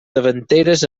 davanteres